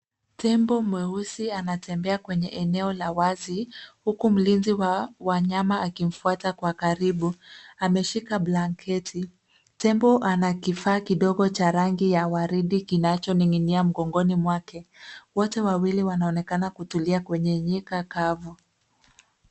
Tembo mweusi anatembea kwenye eneo la wazi huku mlinzi wa wanyama akimfuata kwa karibu. Ameshika blanketi. Tembo ana kifaa kidogo cha rangi ya waridi kinachoning'inia mgongoni mwake. Wote wawili wanaonekana kutulia kwenye nyika kavu.